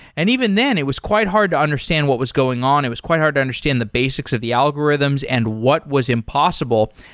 and even then, it was quite hard to understand what was going on. it was quite to understand the basics of the algorithms and what was impossible.